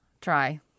try